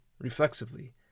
reflexively